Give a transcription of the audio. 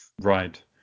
Right